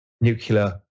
nuclear